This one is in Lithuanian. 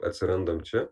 atsirandam čia